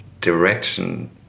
direction